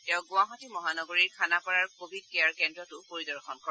তেওঁ গুৱাহাটী মহানগৰীৰ খানাপাৰাৰ কোৱিড কেয়াৰ কেন্দ্ৰটোও পৰিদৰ্শন কৰে